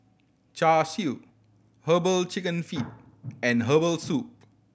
Char Siu Herbal Chicken Feet and herbal soup